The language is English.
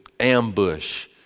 ambush